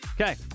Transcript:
Okay